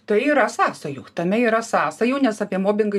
tai yra sąsajų tame yra sąsajų nes apie mobingai